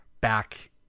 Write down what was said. back